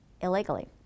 illegally